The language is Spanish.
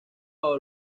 bajo